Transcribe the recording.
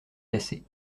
cassée